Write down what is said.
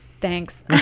Thanks